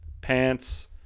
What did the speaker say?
pants